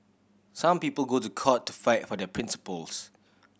some people go to court to fight for their principles